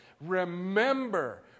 Remember